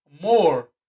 more